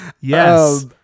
Yes